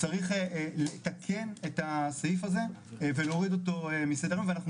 צריך לתקן את הסעיף הזה ולהוריד אותו מסדר היום ואנחנו